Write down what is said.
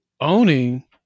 owning